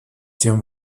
тем